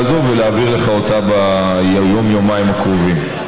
הזאת ולהעביר לך אותה ביום-יומיים הקרובים.